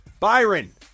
Byron